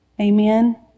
Amen